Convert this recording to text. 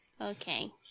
Okay